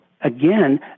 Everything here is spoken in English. again